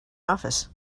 office